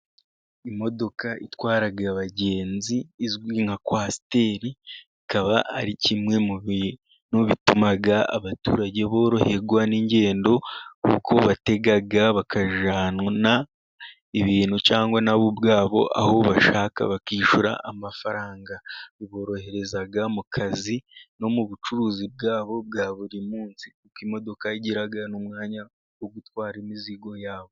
Imodoka itwara abagenzi izwi nka kwasiteri, ikaba ari kimwe mubintu bituma abaturage boroherwa n'ingendo, kuko batega bakajyana ibintu cyangwa nabo ubwabo aho bashaka ,bakishyura amafaranga, biborohereza mu kazi no mu bucuruzi bwabo bwa buri munsi, kuko imodoka igira n'umwanya wo gutwara imizigo yabo.